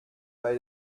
bei